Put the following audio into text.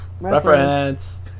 Reference